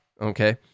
okay